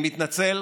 אני מתנצל,